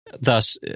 thus